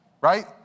right